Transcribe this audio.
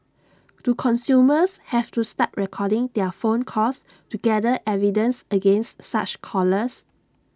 do consumers have to start recording their phone calls to gather evidence against such callers